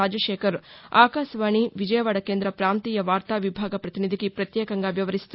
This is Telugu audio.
రాజశేఖర్ ఆకాశవాణి విజయవాడ కేంద్ర పాంతీయ వార్తా విభాగ పతినిధికి ప్రత్యేకంగా వివరిస్తూ